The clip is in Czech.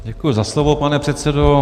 Děkuji za slovo, pane předsedo.